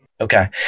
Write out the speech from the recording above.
Okay